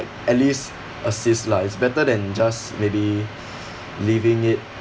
at least assist lah it's better than just maybe leaving it